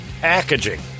packaging